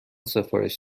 سفارش